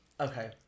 Okay